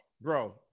Bro